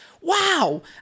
Wow